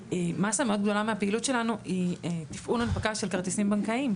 מסה מאוד גדולה מהפעילות שלנו היא תפעול הנפקה של כרטיסים בנקאיים,